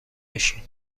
بشین